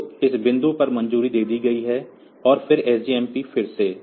तो इस बिंदु पर मंजूरी दे दी है और फिर SJMP फिर से